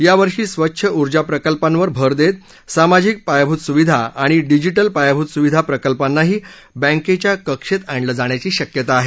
या वर्षी स्वच्छ उर्जा प्रकल्पांवर भर देत सामाजिक पायाभूत सुविधा आणि डिजिटल पायाभूत सुविधा प्रकल्पांनाही बँकेच्या कक्षेत आणलं जाण्याची शक्यता आहे